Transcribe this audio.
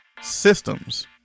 systems